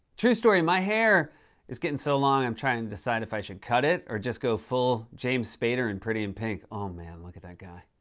true story my hair is gettin' so long, i'm trying to decide if i should cut it or just go full james spader in pretty in pink. oh, man, look at that guy.